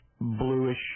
bluish